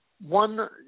One